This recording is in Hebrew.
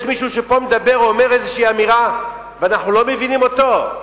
יש מישהו שמדבר פה או אומר איזו אמירה ואנחנו לא מבינים אותו?